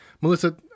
Melissa